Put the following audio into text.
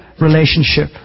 Relationship